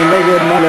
מי נגד?